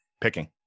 picking